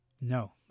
No